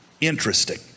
interesting